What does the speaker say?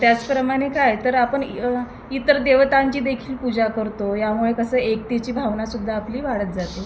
त्याचप्रमाणे काय तर आपण इ इतर देवतांचीदेखील पूजा करतो यामुळे कसं एकतेची भावनासुद्धा आपली वाढत जाते